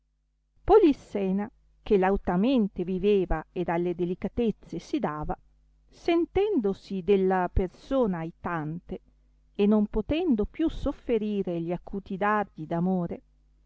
polissena che lautamente viveva ed alle delicatezze si dava sentendosi della persona aitante e non potendo più sofferire gli acuti dardi